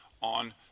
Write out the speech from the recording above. on